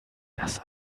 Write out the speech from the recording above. das